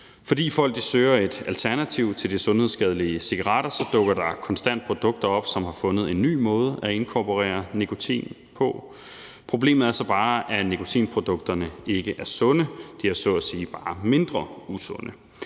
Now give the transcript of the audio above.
Fordi folk søger et alternativ til de sundhedsskadelige cigaretter, dukker der konstant produkter op, hvor man har fundet en ny måde at inkorporere nikotin på. Problemet er så bare, at nikotinprodukterne ikke er sunde. De er så at sige bare mindre usunde.